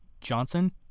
Johnson